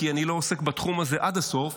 כי אני לא עוסק בתחום הזה עד הסוף,